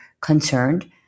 concerned